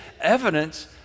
evidence